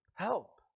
help